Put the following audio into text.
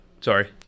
sorry